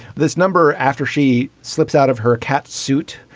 this number, after she slips out of her cat suit,